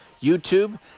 YouTube